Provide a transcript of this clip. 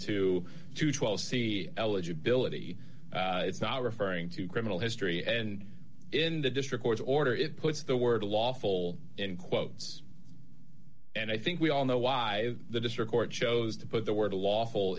to see eligibility it's not referring to criminal history and in the district court order it puts the word lawful in quotes and i think we all know why the district court chose to put the word lawful